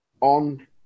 on